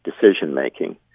decision-making